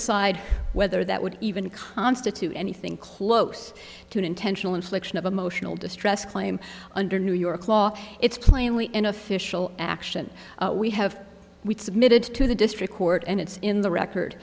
aside whether that would even constitute anything close to an intentional infliction of emotional distress claim under new york law it's plainly an official action we have submitted to the district court and it's in the record